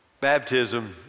baptism